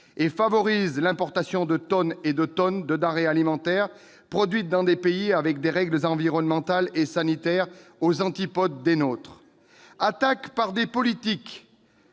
et favorisent l'importation de tonnes de denrées alimentaires produites dans des pays avec des règles environnementales et sanitaires aux antipodes des nôtres. Attaques par des politiques,